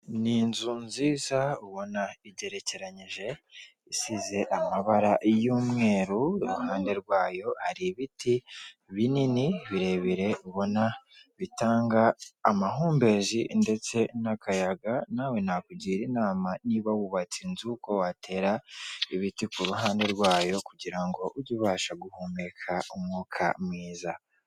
Ni inzu nziza ubona igerekeranyije, isize amabara y'umweru, iruhande rwayo hari ibiti binini, birebire, ubona bitanga amahumbezi ndetse n'akayaga. Nawe nakugira inama niba wubatse inzu ko watera ibiti ku ruhande rwayo kugira ngo ujye ubasha guhumeka umwuka mwiza.